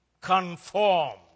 conform